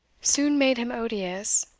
soon made him odious,